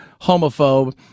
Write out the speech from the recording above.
homophobe